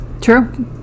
True